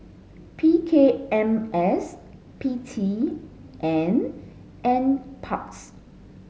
P K M S P T and NPARKS